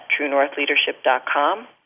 truenorthleadership.com